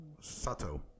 Sato